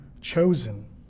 chosen